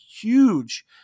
huge